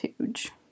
huge